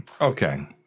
okay